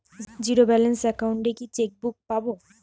Zero balance account এ কি chequebook পাব?